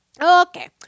Okay